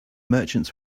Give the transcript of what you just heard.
merchants